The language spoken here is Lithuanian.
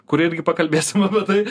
kur irgi pakalbėsim apie tai